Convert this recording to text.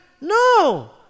No